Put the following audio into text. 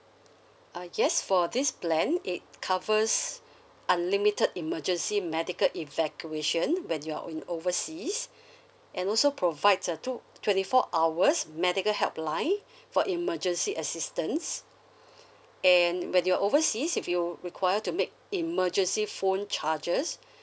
uh yes for this plan it covers unlimited emergency medical evacuation when you're in overseas and also provides a two twenty four hours medical helpline for emergency assistance and when you're overseas if you require to make emergency phone charges